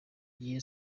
gihe